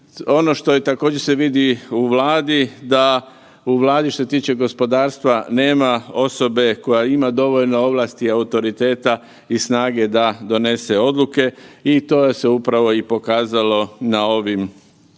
ono što je također se vidi u Vladi da u Vladi što se tiče gospodarstva nema osobe koja ima dovoljno ovlasti, autoriteta i snage da donese odluke i to je se upravo i pokazalo na ovim zakonima.